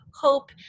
hope